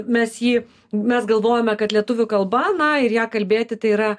mes jį mes galvojame kad lietuvių kalba na ir ja kalbėti tai yra